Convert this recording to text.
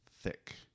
thick